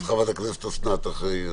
אז חברת חברת הכנסת אוסנת אחרי.